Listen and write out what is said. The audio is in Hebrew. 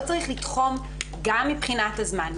לא צריך לתחום גם מבחינת הזמן,